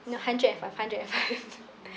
no hundred and five hundred and five